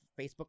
facebook